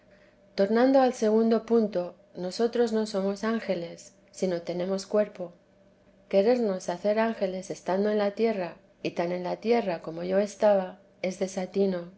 tornando al segundo punto nosotros no somos ángeles sino tenemos cuerpo querernos hacer ángeles estando en la tierra y tan en la tierra como yo estaba es desatino